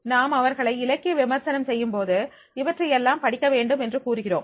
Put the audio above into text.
நாம் அவர்களை இலக்கிய விமர்சனம் செய்யும் போது இவற்றையெல்லாம் படிக்க வேண்டும் என்று கூறுகிறோம்